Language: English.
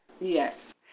Yes